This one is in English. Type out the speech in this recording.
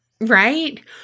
Right